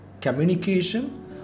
communication